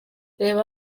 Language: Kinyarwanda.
reba